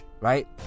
right